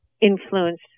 influence